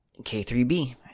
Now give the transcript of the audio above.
K3B